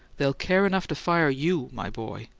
they'll care enough to fire you, my boy!